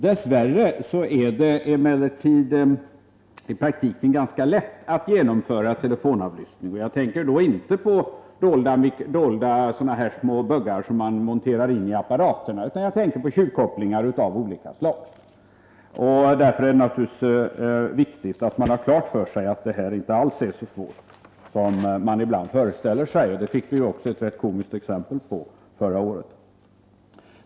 Dess värre är det emellertid i praktiken ganska lätt att genomföra telefonavlyssning. Jag tänker då inte på dolda små buggar, som man monterar in i telefonapparaterna, utan jag tänker på tjuvkopplingar av olika slag. Därför är det naturligtvis viktigt att man har klart för sig att telefonavlyssning inte alls är så svårt som man ibland föreställer sig. Det fick vi också ett rätt komiskt exempel på förra året.